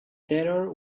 terror